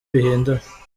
bihindura